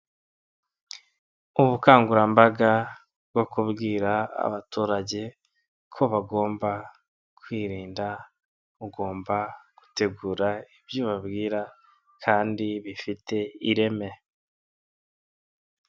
Ubukangurambaga bwo kubwira abaturage ko bagomba kwirinda, ugomba gutegura ibyo ubabwira kandi bifite ireme.